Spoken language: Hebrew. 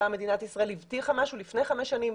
מדינת ישראל הבטיחה משהו לפני חמש שנים,